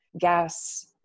gas